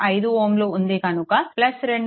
5 Ω ఉంది కనుక 2